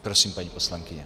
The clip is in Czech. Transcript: Prosím, paní poslankyně.